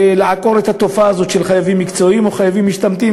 לעקור את התופעה הזאת של חייבים מקצועיים או חייבים משתמטים